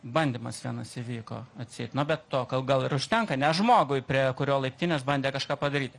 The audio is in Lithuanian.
bandymas vienas įvyko atseit nu bet tokio gal ir užtenka ne žmogui prie kurio laiptinės bandė kažką padaryt